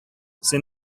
син